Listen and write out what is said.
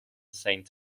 saint